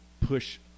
push